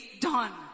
done